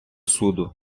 суду